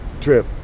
trip